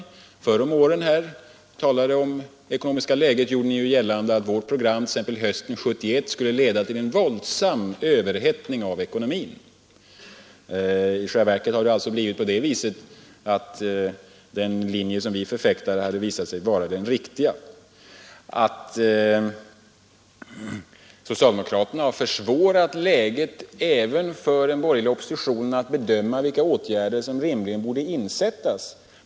När vi förr om åren har talat om det ekonomiska läget gjorde ju ni gällande att vårt program hösten 1971 skulle leda till en våldsam överhettning av ekonomin. I själva verket visade det sig så att den linje vi förfäktar skulle ha varit den riktiga. Det bör också understrykas att socialdemokraterna har försvårat även för den borgerliga oppositionen att bedöma vilka åtgärder som rimligen borde insättas.